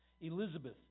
Elizabeth